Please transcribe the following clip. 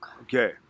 Okay